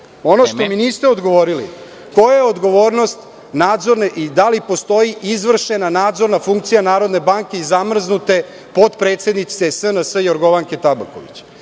što mi niste odgovorili jeste koja je odgovornost nadzorne i da li postoji izvršena nadzorna funkcija Narodne banke i zamrznute potpredsednice SNS, Jorgovanke Tabaković?